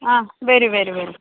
ആ വരു വരു